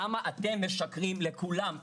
למה אתם משקרים לכולם,